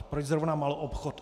Proč zrovna maloobchod?